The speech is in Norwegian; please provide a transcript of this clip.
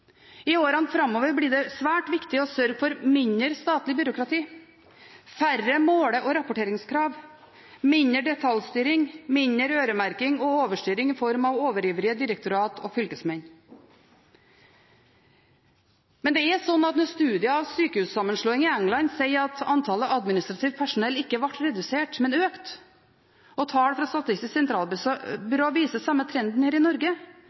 I årene framover blir det svært viktig å sørge for mindre statlig byråkrati, færre måle- og rapporteringskrav, mindre detaljstyring, mindre øremerking og mindre overstyring i form av overivrige direktorater og fylkesmenn. Men når studier av sykehussammenslåing i England sier at antallet administrativt personell ikke ble redusert, men snarere økte, og når tall fra Statistisk sentralbyrå viser den samme trenden her i Norge,